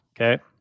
okay